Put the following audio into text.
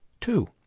Two